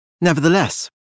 Nevertheless